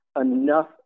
enough